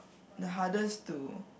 the hardest to